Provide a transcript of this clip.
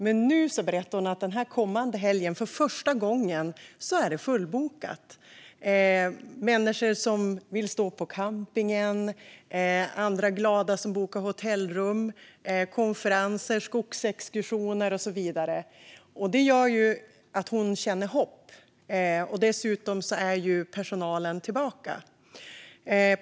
Men nu berättade hon att den kommande helgen är det för första gången fullbokat. Människor vill bo på campingen. Andra glada har bokat hotellrum. Det är konferenser, skogsexkursioner och så vidare. Det gör att hon känner hopp. Dessutom är personalen tillbaka.